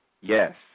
Yes